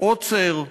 עוצר.